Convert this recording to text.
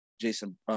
Jason